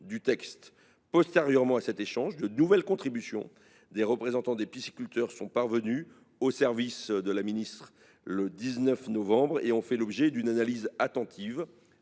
du texte. Postérieurement à cet échange, de nouvelles contributions des représentants des pisciculteurs sont parvenues aux services de la ministre le 19 novembre et ont fait l’objet d’une analyse attentive.